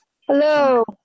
hello